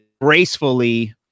Gracefully